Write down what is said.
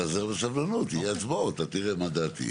תתאזר בסבלנות, יהיו הצבעות, אתה תראה מה דעתי.